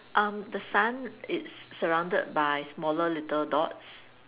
um the sun it's surrounded by smaller little dots